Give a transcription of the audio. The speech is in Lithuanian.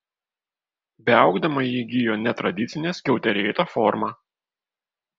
beaugdama ji įgijo netradicinę skiauterėtą formą